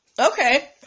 okay